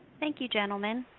thank you gentlemen.